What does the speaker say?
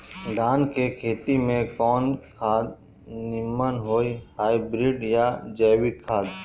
धान के खेती में कवन खाद नीमन होई हाइब्रिड या जैविक खाद?